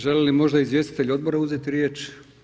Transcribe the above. Želi li možda izvjestitelj odbora uzeti riječ?